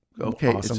Okay